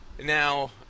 Now